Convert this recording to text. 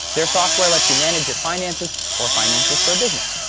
their software lets you manage your finances or finances for a business!